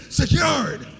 secured